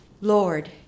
Lord